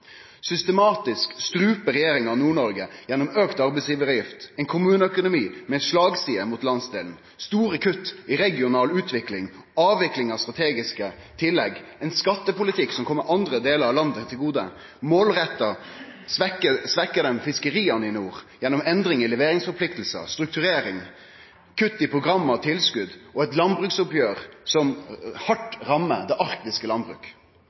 Systematisk struper regjeringa Nord-Noreg gjennom auka arbeidsgivaravgift, ein kommuneøkonomi med slagside mot landsdelen, store kutt i regional utvikling og avvikling av strategiske tillegg – ein skattepolitikk som kjem andre delar av landet til gode. Målretta svekkjer dei fiskeria i nord gjennom endringar i leveringsforpliktingar, strukturering, kutt i program og tilskot og eit landbruksoppgjer som hardt rammar det arktiske